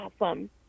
awesome